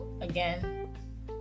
again